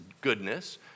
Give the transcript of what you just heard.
goodness